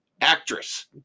actress